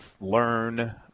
learn